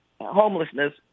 homelessness